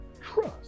trust